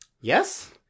Yes